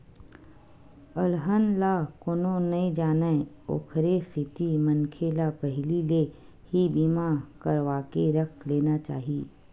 अलहन ला कोनो नइ जानय ओखरे सेती मनखे ल पहिली ले ही बीमा करवाके रख लेना चाही